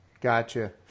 Gotcha